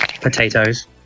potatoes